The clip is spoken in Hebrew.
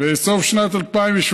בסוף שנת 2017,